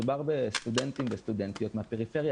מדובר בסטודנטים וסטודנטיות מהפריפריה